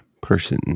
Person